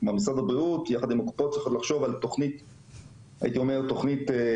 משרד הבריאות ביחד עם הקופות צריכים לחשוב על תוכנית הייתי אומר לעשר